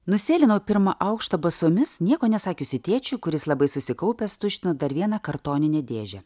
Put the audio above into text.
nusėlinau į pirmą aukštą basomis nieko nesakiusi tėčiui kuris labai susikaupęs tuštino dar vieną kartoninę dėžę